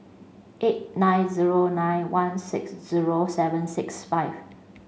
eight nine zero nine one six zero seven six five